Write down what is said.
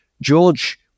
George